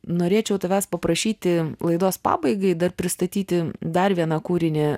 norėčiau tavęs paprašyti laidos pabaigai dar pristatyti dar vieną kūrinį